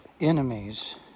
enemies